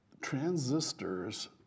transistors